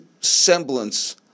semblance